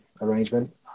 arrangement